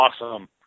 awesome